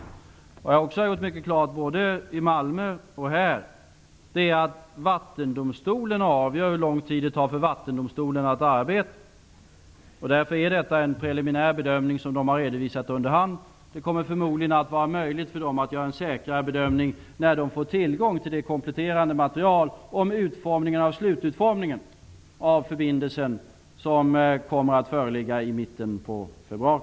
Det jag också har gjort mycket klart, både i Malmö och här, är att Vattendomstolen avgör hur lång tid det tar för Vattendomstolen att arbeta. Därför är detta en preliminär bedömning, som de har redovisat under hand. Det kommer förmodligen att vara möjligt för dem att göra en säkrare bedömning när de får tillgång till det kompletterande material om utformningen av slututformningen av förbindelsen, som kommer att föreligga i mitten av februari.